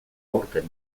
aurten